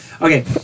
Okay